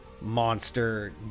monster